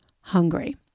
hungry